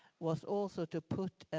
was also to put